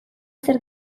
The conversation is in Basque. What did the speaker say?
zer